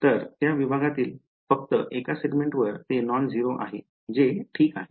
तर त्या विभागातील फक्त एका सेगमेंटवर ते नॉनझेरो आहेत जे ठीक आहे